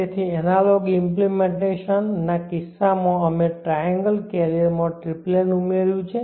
તેથી analogue implementation ના કિસ્સામાં અમે ટ્રાએન્ગલ કેરિયર માં ટ્રિપલેન ઉમેર્યું છે